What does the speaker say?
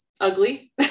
ugly